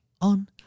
on